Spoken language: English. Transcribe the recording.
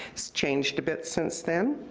it's changed a bit since then.